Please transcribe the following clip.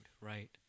right